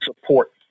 support